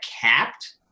capped